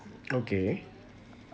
okay